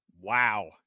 Wow